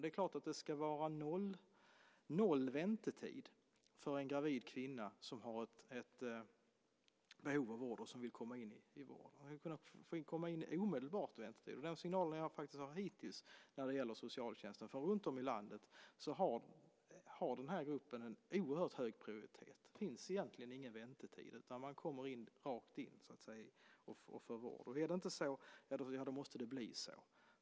Det är klart att det ska vara noll väntetid för en gravid kvinna som har ett behov av vård och som vill komma in i vården. Hon måste komma in omedelbart utan väntetid. Den signalen har jag hittills när det gäller socialtjänsten. För runtom i landet har den här gruppen en oerhört hög prioritet. Det finns egentligen ingen väntetid, utan man kommer rakt in och får vård. Om det inte är så måste det bli så.